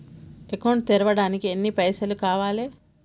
Account తెరవడానికి ఎన్ని పైసల్ కావాలే?